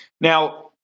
Now